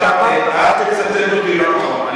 בבקשה, אל תצטט אותי לא נכון.